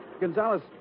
Gonzalez